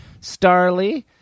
Starly